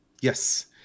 Yes